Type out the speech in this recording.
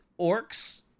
Orcs